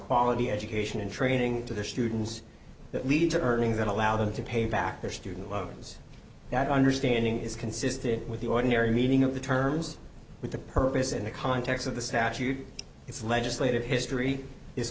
quality education and training to their students that lead to earnings that allow them to pay back their student loans that understanding is consistent with the ordinary meaning of the terms with the purpose in the context of the statute its legislative history is